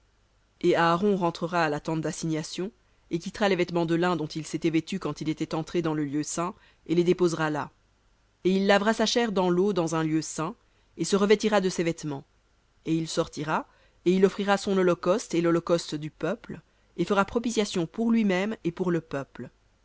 et aaron rentrera à la tente d'assignation et quittera les vêtements de lin dont il s'était vêtu quand il était entré dans le lieu saint et les déposera là et il lavera sa chair dans l'eau dans un lieu saint et se revêtira de ses vêtements et il sortira et il offrira son holocauste et l'holocauste du peuple et fera propitiation pour lui-même et pour le peuple